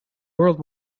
world